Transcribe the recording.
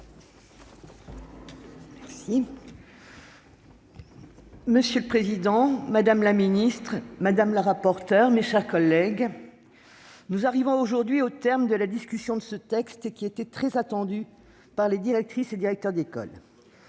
Monsieur le président, madame la secrétaire d'État, mes chers collègues, nous arrivons aujourd'hui au terme de la discussion de ce texte, qui était très attendu par les directrices et directeurs d'école.